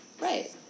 Right